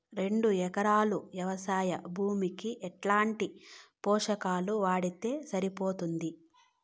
రెండు ఎకరాలు వ్వవసాయ భూమికి ఎట్లాంటి పోషకాలు వాడితే సరిపోతుంది?